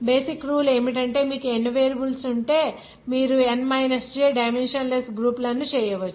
basic rule ఏమిటంటే మీకు n number variables ఉంటే మీరు n j dimensionless group లను చేయవచ్చు